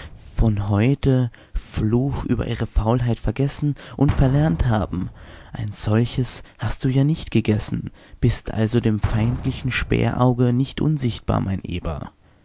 von heute fluch über ihre faulheit vergessen und verlernt haben ein solches hast du ja nicht gegessen bist also dem feindlichen späherauge nicht unsichtbar mein eber